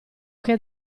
che